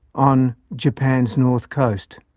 on japan' s north coast.